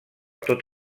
tot